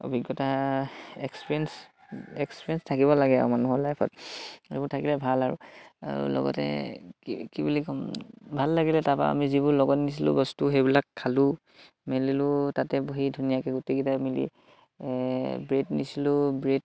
অভিজ্ঞতা experience experience থাকিব লাগে আৰু মানুহৰ লাইফত সেইবোৰ থাকিলে ভাল আৰু আৰু লগতে কি কি বুলি ক'ম ভাল লাগিলে তাৰপা আমি যিবোৰ লগত নিছিলোঁ বস্তু সেইবিলাক খালোঁ মেলিলোঁ তাতে বহি ধুনীয়াকে গোটেইকেইটাই মিলি ব্ৰেড নিছিলোঁ ব্ৰেড